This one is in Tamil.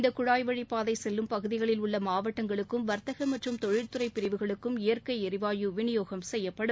இந்த குழாய் வழிப்பாதை செல்லும் பகுதிகளில் உள்ள மாவட்டங்களுக்கும் வர்த்தக மற்றம் தொழில்துறை பிரிவுகளுக்கும் இயற்கை ளிவாயு விநியோகம் செய்யப்படும்